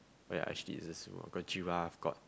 ya actually it's just small got giraffe got